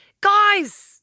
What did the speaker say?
Guys